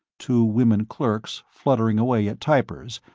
two women clerks fluttering away at typers,